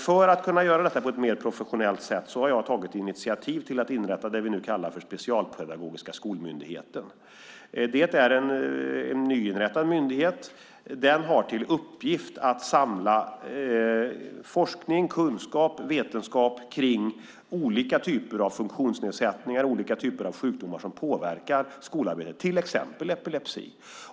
För att kunna göra detta på ett mer professionellt sätt har jag tagit initiativ till att inrätta det vi nu kallar för Specialpedagogiska skolmyndigheten. Det är en nyinrättad myndighet som har till uppgift att samla forskning, kunskap och vetenskap om olika typer av funktionsnedsättningar och sjukdomar som påverkar skolarbetet, till exempel epilepsi.